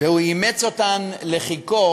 והוא אימץ אותן לחיקו